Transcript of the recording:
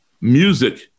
Music